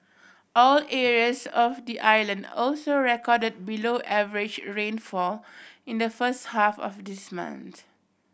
all areas of the island also record below average rainfall in the first half of this month